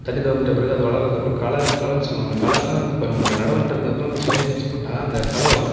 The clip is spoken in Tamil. தண்ணி திறந்து விட்ட பிறகு அது வளருறதுக்கப்புறம் களைன்னு சொல்லுவாங்க களைன்னா இப்போ நமக்கு நடவு நட்டதுக்கப்புறம் இந்த சோயாபீன்ஸ் போட்டால் அந்த களை வரும்